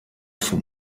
vom